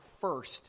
first